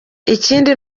ikindi